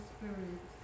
Spirit